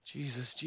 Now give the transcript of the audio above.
Jesus